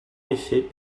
effet